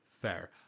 fair